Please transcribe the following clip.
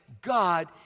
God